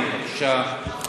גברתי, בבקשה.